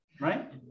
right